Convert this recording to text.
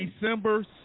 December